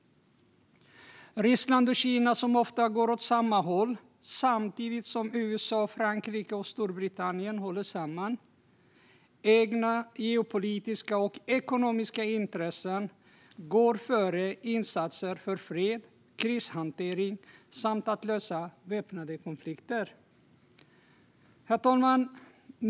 Ryssland och Kina går ofta åt samma håll samtidigt som USA, Frankrike och Storbritannien håller samman. Egna geopolitiska och ekonomiska intressen går före insatser för fred, krishantering och lösning av väpnade konflikter. Herr talman!